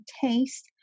taste